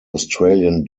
australian